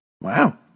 Wow